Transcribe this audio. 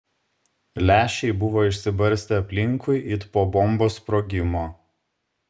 lęšiai buvo išsibarstę aplinkui it po bombos sprogimo